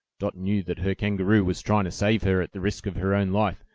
dot knew that her kangaroo was trying to save her at the risk of her own life.